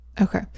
Okay